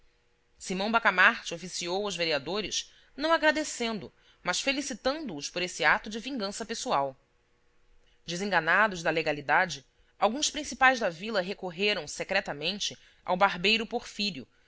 simão bacamarte oficiou aos vereadores não agradecendo mas felicitando os por esse ato de vingança pessoal desenganados da legalidade alguns principais da vila recorreram secretamente ao barbeiro